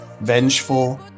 vengeful